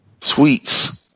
Sweets